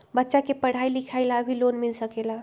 बच्चा के पढ़ाई लिखाई ला भी लोन मिल सकेला?